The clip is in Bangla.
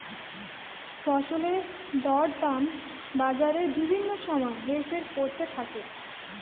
ফসলের দরদাম বাজারে বিভিন্ন সময় হেরফের করতে থাকে